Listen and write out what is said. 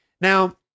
Now